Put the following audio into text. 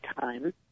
time